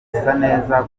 neza